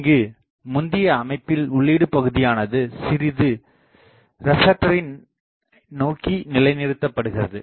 இங்கு முந்தைய அமைப்பில் உள்ளீடு பகுதியானது சிறிது ரெப்லெக்டரினை நோக்கி நிலை நிறுத்தப்படுகிறது